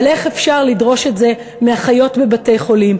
אבל איך אפשר לדרוש את זה מאחיות בבתי-חולים?